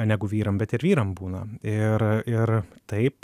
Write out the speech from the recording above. negu vyram bet ir vyram būna ir ir taip